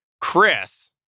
chris